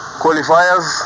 qualifiers